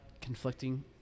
conflicting